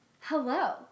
Hello